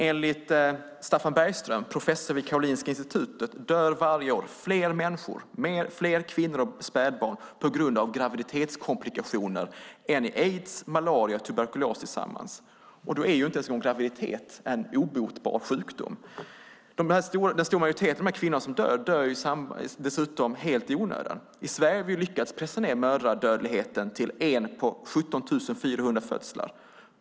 Enligt Staffan Bergström, professor vid Karolinska Institutet, dör varje år fler människor, fler kvinnor och spädbarn, på grund av graviditetskomplikationer än det dör i aids, malaria och tuberkulos tillsammans. Och graviditet är ingen obotlig sjukdom. Den stora majoriteten av de kvinnor som dör, dör dessutom helt i onödan. I Sverige har vi lyckats pressa ned mödradödligheten till en på 17 400 födslar.